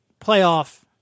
playoff